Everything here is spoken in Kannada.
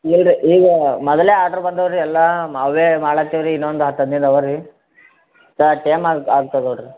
ಇಲ್ಲ ರೀ ಈಗ ಮೊದಲೇ ಆರ್ಡ್ರ್ ಬಂದವೆ ರೀ ಎಲ್ಲ ಮ ಅವೇ ಮಾಡೋಕ್ಕೆ ರೀ ಇನ್ನೊಂದು ಹತ್ತು ಹದಿನೈದು ಇವೆ ರೀ ಮತ್ತೆ ಟೇಮಾಯ್ತ್ ಆಗ್ತ್ ತೊಗೊಳಿ ರೀ